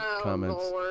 comments